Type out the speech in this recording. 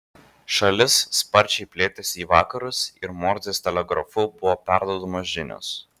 šalis sparčiai plėtėsi į vakarus ir morzės telegrafu buvo perduodamos žinios